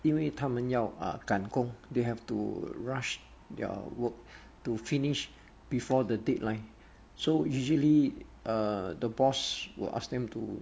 因为他们要 uh 赶工 they have to rush their work to finish before the deadline so usually err the boss will ask them to